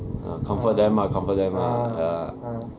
ah comfort them lah comfort them ya